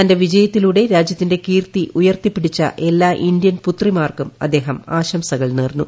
തന്റെ വിജയത്തിലൂടെ രാജ്യത്തിന്റെ കീർത്തി ഉയർത്തിപ്പിടിച്ച എല്ലാ ഇന്ത്യൻ പുത്രിമാർക്കും അദ്ദേഹം ആശംസകൾ നേർന്നു